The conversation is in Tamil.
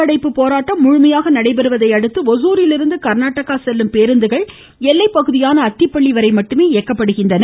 கர்நாடகத்தில் முழு அடைப்பு போராட்டம் முழுமையாக நடைபெறுவதை அடுத்து ஒசூரிலிருந்து கர்நாடகா செல்லும் பேருந்துகள் எல்லைப் பகுதியான அத்திப்பள்ளி வரை மட்டுமே இயங்கப்படுகின்றன